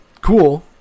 cool